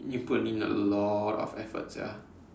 you need to put in a lot of effort sia